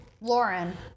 Lauren